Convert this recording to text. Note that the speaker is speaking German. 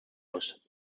muss